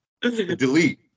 delete